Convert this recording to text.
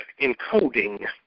encoding